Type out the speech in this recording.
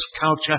culture